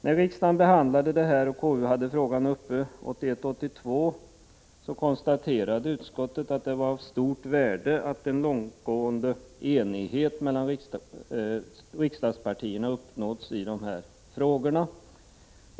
När riksdagen behandlade frågan 1981/82 uttalade konstitutionsutskottet att det var av stort värde att en långtgående enighet mellan riksdagspartierna uppnåtts i dessa frågor.